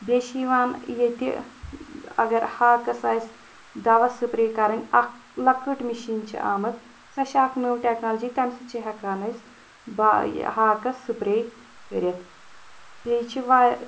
بیٚیہِ چھِ یِوان ییٚتہِ اَگر ہاکَس آسہِ دوا سُپرے کَرٕنۍ اکھ لۄکٔٹۍ مِشیٖن چھِ آمٕژ سۄ چھِ اکھ نٔو ٹٮ۪کنالجی تَمہِ سۭتۍ چھِ ہٮ۪کان أسۍ با یہِ ہاکَس سُپرے کٔرِتھ بیٚیہِ چھِ واریاہ